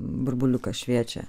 burbuliukas šviečia